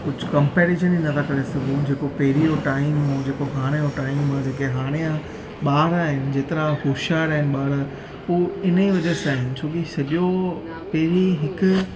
कुझु कंपैरिजन ई नथा करे सघूं जेको पहिरीं जो टाइम हुओ जेको हाणे जो टाइम आहे जेके हाणे जा ॿार आहिनि जेतिरा होशियार आहिनि ॿार हुओ इन ई वजह सां आहिनि छो की सॼो पहिरीं हिकु